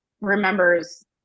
remembers